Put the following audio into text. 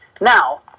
Now